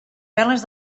veles